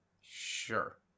Sure